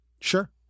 Sure